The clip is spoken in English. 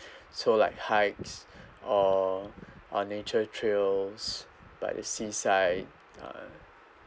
so like hikes or on nature trails by the seaside uh